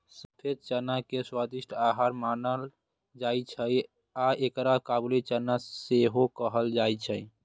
सफेद चना के स्वादिष्ट आहार मानल जाइ छै आ एकरा काबुली चना सेहो कहल जाइ छै